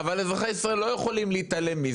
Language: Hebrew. אבל, אזרחי ישראל לא יכולים, או